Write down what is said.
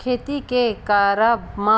खेती के करब म